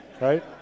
right